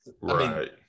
right